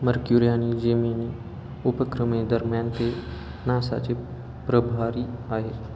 mercury आणि Gemini उपक्रमांदरम्यान ते नासाचे प्रभारी आहेत